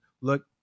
look